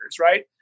right